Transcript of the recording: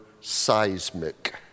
seismic